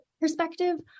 perspective